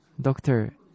Doctor